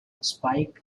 spike